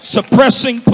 suppressing